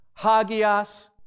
Hagias